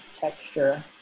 texture